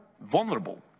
vulnerable